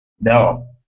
No